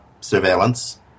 surveillance